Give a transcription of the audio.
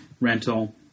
rental